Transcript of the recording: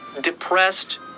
depressed